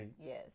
yes